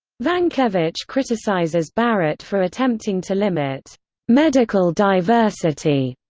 vankevitch criticizes barrett for attempting to limit medical diversity,